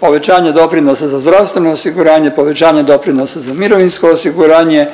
povećanje doprinosa za zdravstveno osiguranje, povećanje doprinosa za mirovinsko osiguranje